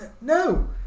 no